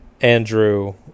Andrew